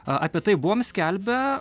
apie tai buvom skelbę